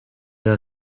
are